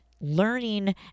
learning